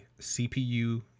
CPU